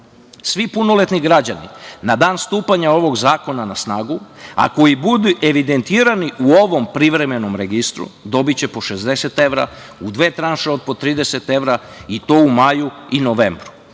punoletni građani na dan stupanja ovog zakona na snagu, a koji budu evidentirani u ovom privremenom registru, dobiće po 60 evra u dve tranše od po 30 evra, i to maju i novembru